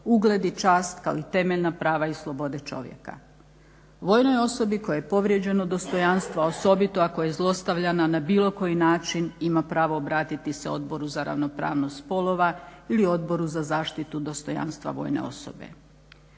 ugled i čast kao i temeljna prava i slobode čovjeka. Vojnoj osobi kojoj je povrijeđeno dostojanstvo, a osobito ako je zlostavljana na bilo koji način ima pravo obratiti se Odboru za ravnopravnost spolova ili odboru za zaštitu dostojanstva vojne osobe.